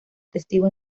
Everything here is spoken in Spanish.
testigo